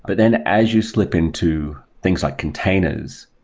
but then as you slip into things like containers,